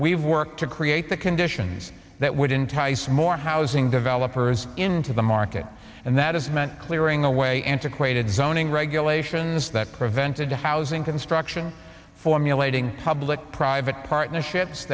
we've worked to create the conditions that would entice more housing developers into the market and that has meant clearing away antiquated zoning regulations that prevented the housing construction formulating public private partnerships